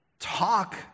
talk